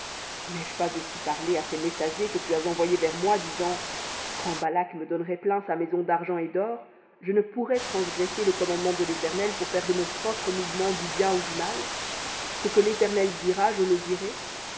n'ai-je pas aussi parlé à tes messagers que tu as envoyés vers moi disant quand balak me donnerait plein sa maison d'argent et d'or je ne pourrais transgresser le commandement de l'éternel pour faire de mon propre mouvement du bien ou du mal ce que l'éternel dira je le dirai